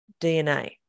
DNA